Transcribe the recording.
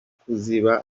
kuziba